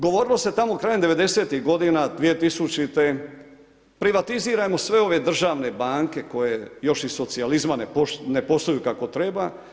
Govorilo se tamo krajem 90-tih godina, 2000. privatizirajmo sve ove državne banke koje još iz socijalizma ne posluju kako treba.